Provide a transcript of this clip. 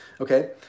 okay